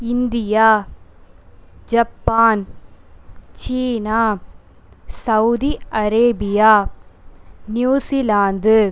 India Japan சீனா Saudi Arabia New Zealand